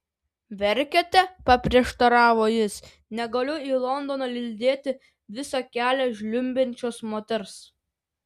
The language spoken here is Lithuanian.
verkiate paprieštaravo jis negaliu į londoną lydėti visą kelią žliumbiančios moters